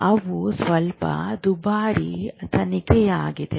ಅವು ಸ್ವಲ್ಪ ದುಬಾರಿ ತನಿಖೆಯಾಗಿದೆ